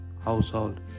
household